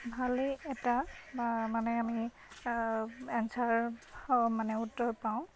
ভালেই এটা বা মানে আমি এনচাৰ অ' মানে উত্তৰ পাওঁ